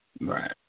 Right